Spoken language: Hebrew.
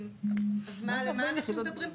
לתת להחליט בדבר הזה,